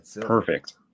perfect